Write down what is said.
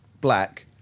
black